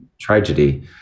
tragedy